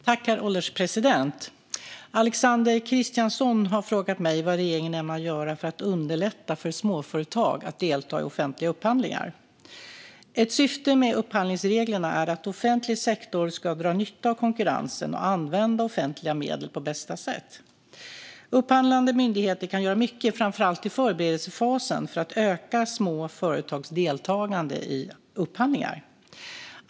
Herr ålderspresident! Alexander Christiansson har frågat mig vad regeringen ämnar göra för att underlätta för småföretag att delta i offentliga upphandlingar. Ett syfte med upphandlingsreglerna är att offentlig sektor ska dra nytta av konkurrensen och använda offentliga medel på bästa sätt. Upphandlande myndigheter kan göra mycket framförallt i förberedelsefasen för att öka små företags deltagande i upphandlingar.